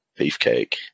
beefcake